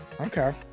Okay